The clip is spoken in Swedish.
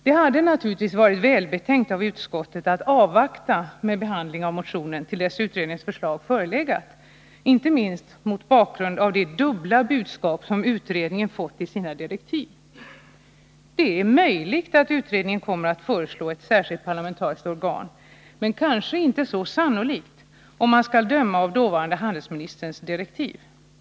Det hade naturligtvis varit välbetänkt av utskottet att avvakta med behandlingen av motionen till dess utredningens förslag förelegat, inte minst mot bakgrund av det dubbla budskap utredningen fått i sina direktiv. Det är möjligt att utredningen kommer att föreslå ett särskilt parlamentariskt organ, men det är kanske inte så sannolikt om man skall döma av dåvarande handelsministerns direktiv.